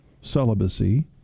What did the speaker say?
celibacy